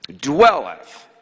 dwelleth